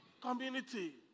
community